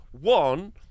one